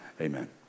Amen